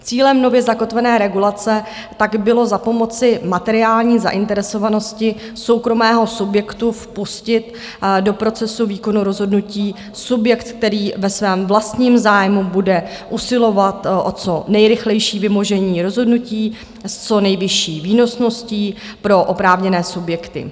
Cílem nově zakotvené regulace pak bylo za pomoci materiální zainteresovanosti soukromého subjektu vpustit do procesu výkonu rozhodnutí subjekt, který ve svém vlastním zájmu bude usilovat o co nejrychlejší vymožení rozhodnutí s co nejvyšší výnosností pro oprávněné subjekty.